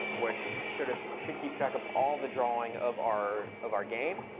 which sort of should keep track of all the drawing of our of our game.